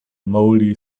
mouldy